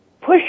push